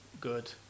good